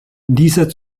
dieser